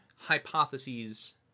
hypotheses